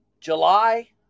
July